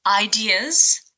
ideas